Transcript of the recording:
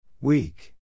Weak